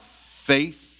faith